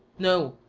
no,